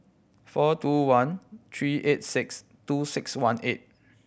four two one three eight six two six one eight